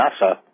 NASA